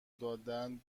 دادن